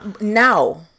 now